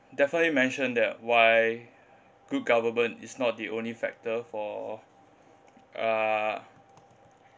definitely mention that why good government is not the only factor for uh